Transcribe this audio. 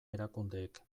erakundeek